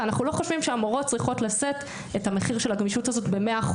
ואנחנו לא חושבים שהמורות צריכות לשאת את המחיר של הגמישות הזאת ב-100%.